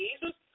Jesus